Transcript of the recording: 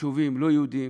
ביישובים לא יהודיים